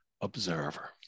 observer